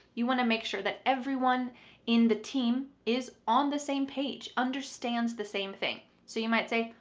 you want to make sure that everyone in the team is on the same page, understands the same thing. so you might say,